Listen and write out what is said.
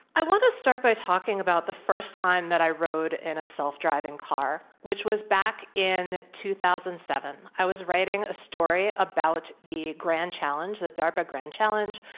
i want to start by talking about the first time that i rode in a self-driving car, which was back in two thousand and seven. i was writing a story about the grand challenge, the darpa grand challenge,